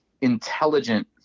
intelligent